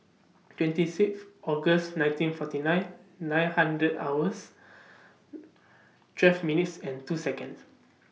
twenty Sixth August nineteen forty nine nine hundred hours twelve minutes and two Seconds